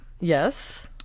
yes